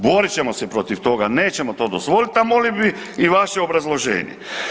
Borit ćemo se protiv toga, nećemo to dozvolit, a molio bi i vaše obrazloženje.